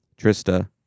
Trista